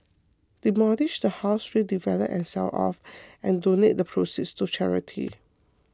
demolish the house redevelop and sell off and donate the proceeds to charity